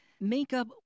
makeup